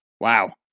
Wow